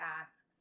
asks